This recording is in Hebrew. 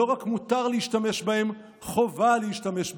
לא רק מותר להשתמש בהם, חובה להשתמש בהם.